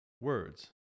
words